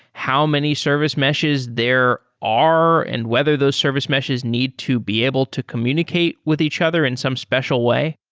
how many service meshes there are and whether those service meshes need to be able to communicate with each other in some special way?